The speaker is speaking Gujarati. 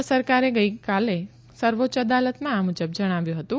કેન્દ્ર સરકારે ગઇકાલે સર્વોચ્ય અદાલતમાં આ મુજબ જણાવ્યું હતું